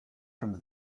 from